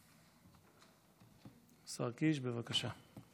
השר קיש, בבקשה.